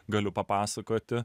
galiu papasakoti